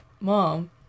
mom